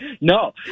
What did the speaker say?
No